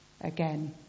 again